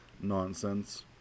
nonsense